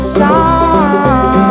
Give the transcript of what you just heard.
song